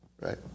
right